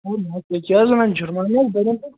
تُہۍ کیٛاہ حٕظ وَنان چھِو جُرمان ما بَریو پتہٕ